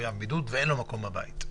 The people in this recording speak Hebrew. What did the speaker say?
שמחויב בידוד ואין לו מקום בבית?